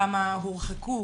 כמה הורחקו?